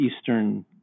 Eastern